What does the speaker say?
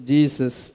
Jesus